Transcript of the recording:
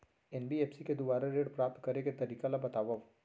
NBFC के दुवारा ऋण प्राप्त करे के तरीका ल बतावव?